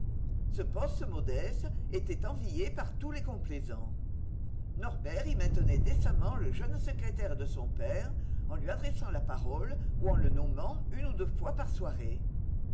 ce poste modeste était envié par tous les complaisants norbert y maintenait décemment le jeune secrétaire de son père en lui adressant la parole ou en le nommant une ou deux fois par soirée